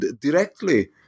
directly